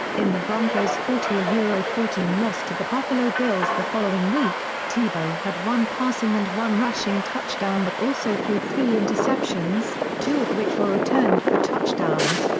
in the broncos' forty yeah fourteen loss to the buffalo bills the following week, tebow had one passing and one rushing touchdown but also threw three interceptions, two of which were returned for touchdowns,